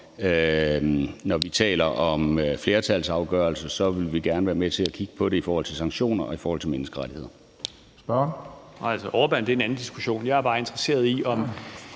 når vi taler om flertalsafgørelser, vil vi gerne være med til at kigge på det i forhold til sanktioner og i forhold til menneskerettigheder.